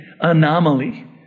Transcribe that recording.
anomaly